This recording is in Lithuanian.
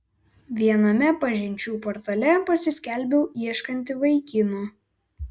viename pažinčių portale pasiskelbiau ieškanti vaikino